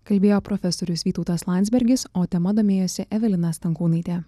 kalbėjo profesorius vytautas landsbergis o tema domėjosi evelina stankūnaitė